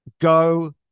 go